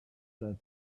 that